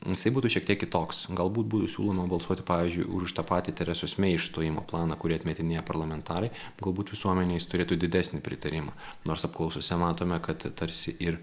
jisai būtų šiek tiek kitoks galbūt būtų siūloma balsuoti pavyzdžiui už tą patį teresos mei išstojimo planą kurį atmetinėja parlamentarai galbūt visuomenei jis turėtų didesnį pritarimą nors apklausose matome kad tarsi ir